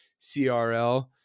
CRL